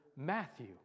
Matthew